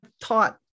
taught